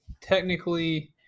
technically